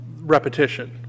repetition